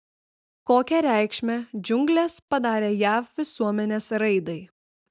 kokią reikšmę džiunglės padarė jav visuomenės raidai